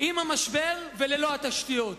עם המשבר וללא התשתיות.